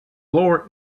lower